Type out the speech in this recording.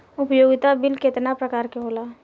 उपयोगिता बिल केतना प्रकार के होला?